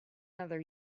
another